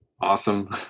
awesome